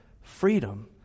freedom